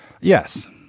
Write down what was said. Yes